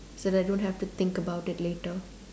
so I don't have to think about it later